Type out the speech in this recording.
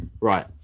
right